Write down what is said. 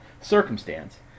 circumstance